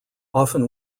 often